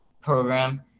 program